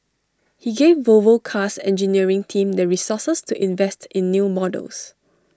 he gave Volvo car's engineering team the resources to invest in new models